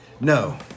no